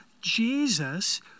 Jesus